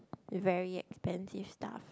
very expensive stuff